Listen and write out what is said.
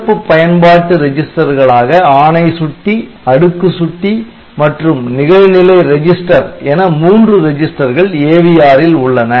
சிறப்பு பயன்பாட்டு ரெஜிஸ்டர்களாக ஆணை சுட்டி அடுக்கு சுட்டி மற்றும் நிகழ்நிலை ரிஜிஸ்டர் என மூன்று ரிஜிஸ்டர்கள் AVR ல் உள்ளன